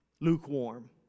Lukewarm